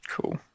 Cool